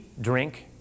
drink